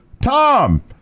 Tom